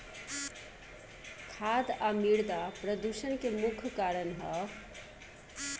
खाद आ मिरदा प्रदूषण के मुख्य कारण ह